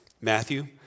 Matthew